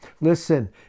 Listen